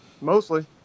mostly